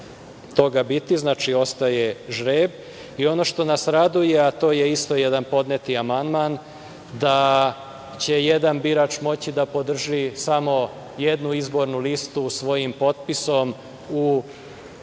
toga biti i ostaje žreb. Ono što nas raduje, a to je isto jedan podneti amandman, i da će jedan birač moći da podrži samo jednu izbornu listu svojim potpisom u